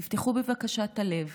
תפתחו בבקשה את הלב,